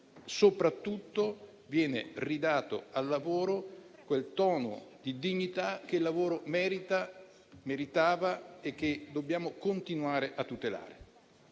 soprattutto viene ridato al lavoro quel tono di dignità che il lavoro merita, meritava e che dobbiamo continuare a tutelare.